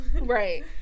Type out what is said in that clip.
Right